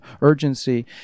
urgency